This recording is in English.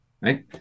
right